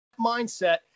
mindset